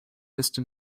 piston